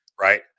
Right